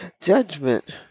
Judgment